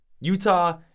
Utah